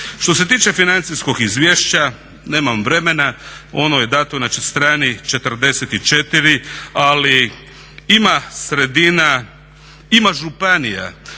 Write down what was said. Što se tiče financijskog izvješća, nemam vremena, ono je dato na strani 44 ali ima sredina, ima županija